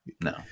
No